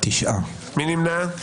מי נמנע?